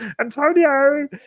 antonio